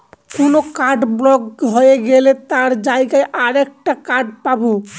কোন card block হয়ে গেলে তার জায়গায় আর একটা কার্ড পাবো